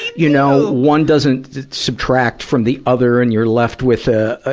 you know one doesn't subtract from the other and you're left with a ah